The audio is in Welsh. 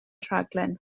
rhaglen